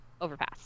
overpass